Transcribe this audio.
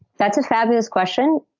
that's a fabulous question.